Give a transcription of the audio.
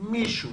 מישהו